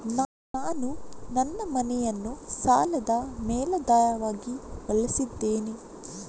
ನಾನು ನನ್ನ ಮನೆಯನ್ನು ಸಾಲದ ಮೇಲಾಧಾರವಾಗಿ ಬಳಸಿದ್ದೇನೆ